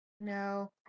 no